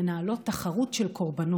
מנהלות תחרות של קורבנות,